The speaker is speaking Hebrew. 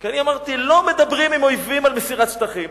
כי אני אמרתי: לא מדברים עם אויבים על מסירת שטחים.